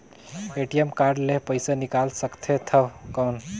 ATM card ले पइसा निकाल सकथे थव कौन?